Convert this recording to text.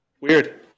weird